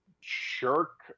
shirk